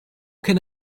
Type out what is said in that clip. can